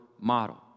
model